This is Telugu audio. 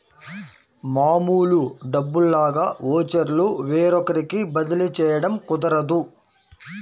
మామూలు డబ్బుల్లాగా ఓచర్లు వేరొకరికి బదిలీ చేయడం కుదరదు